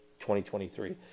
2023